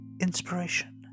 inspiration